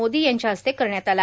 मोदी यांच्या हस्ते करण्यात आली